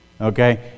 Okay